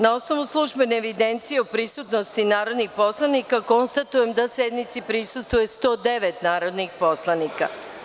Na osnovu službene evidencije o prisutnosti narodnih poslanika, konstatujem da sednici prisustvuje 109 narodnih poslanika.